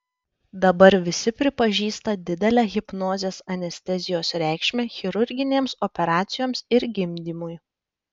dabar visi pripažįsta didelę hipnozės anestezijos reikšmę chirurginėms operacijoms ir gimdymui